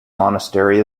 monastery